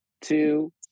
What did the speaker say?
two